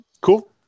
cool